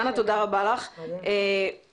תודה רבה לך, דנה.